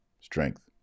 strength